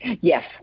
Yes